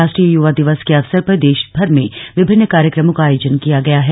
राष्ट्रीय युवा दिवस के अवसर पर देशमर में विभिन्न कार्यक्रमों का आयोजन किया गया है